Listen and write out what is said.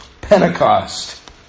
Pentecost